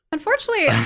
Unfortunately